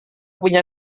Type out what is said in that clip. punya